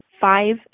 five